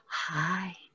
hi